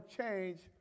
change